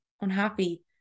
unhappy